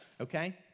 okay